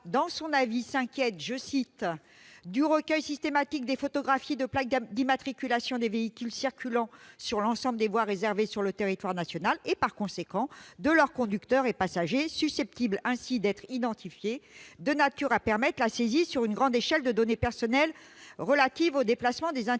dans son avis sur le projet de loi :« Le recueil systématique des photographies de plaques d'immatriculation des véhicules circulant sur l'ensemble des voies réservées sur le territoire national et, par conséquent, de leurs conducteurs et passagers, susceptibles ainsi d'être identifiés, est de nature à permettre la saisie sur une grande échelle de données personnelles, relatives au déplacement des individus